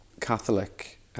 Catholic